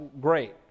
Great